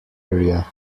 area